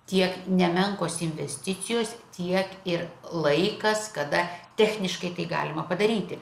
tiek nemenkos investicijos tiek ir laikas kada techniškai tai galima padaryti